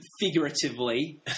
figuratively